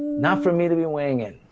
not for me to be weighing in.